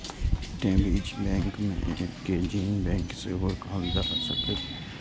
तें बीज बैंक कें जीन बैंक सेहो कहल जा सकैए